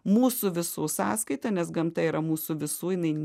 mūsų visų sąskaita nes gamta yra mūsų visų jinai